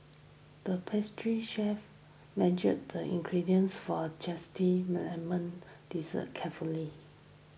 the pastry chef measured the ingredients for a Zesty Lemon Dessert carefully